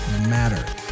matter